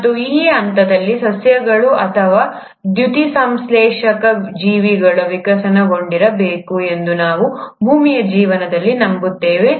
ಮತ್ತು ಈ ಹಂತದಲ್ಲಿ ಸಸ್ಯಗಳು ಅಥವಾ ದ್ಯುತಿಸಂಶ್ಲೇಷಕ ಜೀವಿಗಳು ವಿಕಸನಗೊಂಡಿರಬೇಕು ಎಂದು ನಾವು ಭೂಮಿಯ ಜೀವನದಲ್ಲಿ ನಂಬುತ್ತೇವೆ